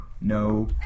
no